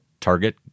Target